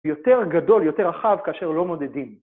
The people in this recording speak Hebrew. יותר גדול, יותר רחב, כאשר לא מודדים.